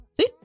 See